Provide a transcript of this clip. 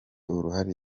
uruhare